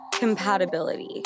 compatibility